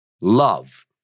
Love